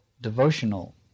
devotional